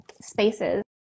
spaces